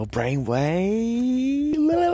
Brainwave